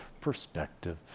perspective